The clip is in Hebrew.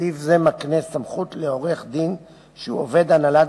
סעיף זה מקנה סמכות לעורך-דין שהוא עובד הנהלת